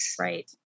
Right